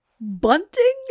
bunting